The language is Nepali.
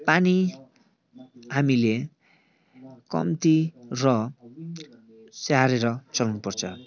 पानी हामीले कम्ती र स्याहारेर चलाउनु पर्छ